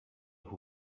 who